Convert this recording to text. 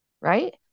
right